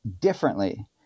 differently